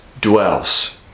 dwells